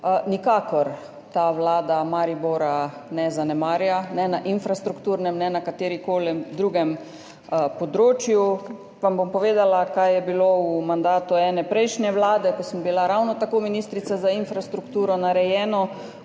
Nikakor ta vlada Maribora ne zanemarja, ne na infrastrukturnem ne na kateremkoli drugem področju. Povedala vam bom, kaj je bilo v mandatu ene prejšnje vlade, ko sem bila ravno tako ministrica za infrastrukturo, narejeno.